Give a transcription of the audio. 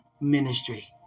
ministry